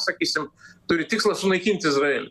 sakysim turi tikslą sunaikint izraelį